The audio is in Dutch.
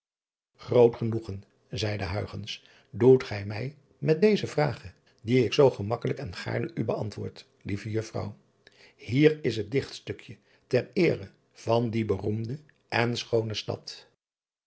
root genoegen zeide doet gij mij met deze vrage die ik zoo gemakkelijk en gaarne u beantwoord lieve uffrouw ier is het dichtstukje ter eere van die beroemde en schoone stad